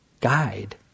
guide